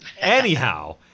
anyhow